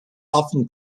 often